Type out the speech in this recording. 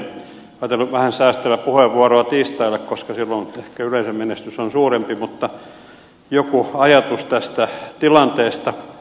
ajattelin vähän säästellä puheenvuoroa tiistaille koska silloin ehkä yleisömenestys on suurempi mutta esitän jonkun ajatuksen tästä tilanteesta